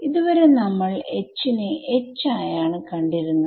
ഇതുവരെ നമ്മൾ H നെ H ആയാണ് കണ്ടിരുന്നത്